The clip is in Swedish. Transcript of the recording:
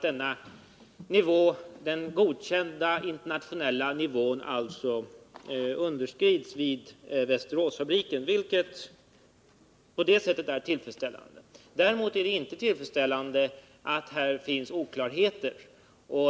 Den godkända internationella nivån underskrids alltså vid Västeråsfabriken, vilket är tillfredsställande. Däremot är det inte tillfredsställande att här finns oklarheter.